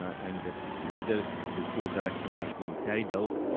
and whether the court directions are being carried out.